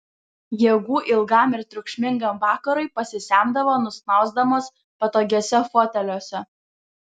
jėgų ilgam ir triukšmingam vakarui pasisemdavo nusnausdamos patogiuose foteliuose